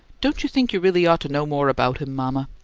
don't you think you really ought to know more about him, mama?